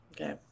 okay